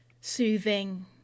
soothing